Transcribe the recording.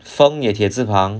锋也铁字旁